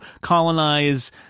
colonize